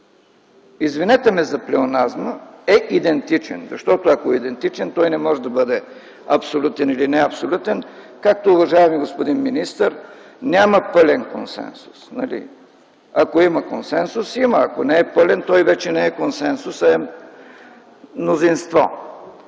извинете ме за плеоназма – е идентичен, защото ако е идентичен, той не може да е абсолютен или неабсолютен, както, уважаеми господин министър, няма „пълен консенсус”. Ако има консенсус, има, ако не е пълен, той вече не е консенсус, а е мнозинство.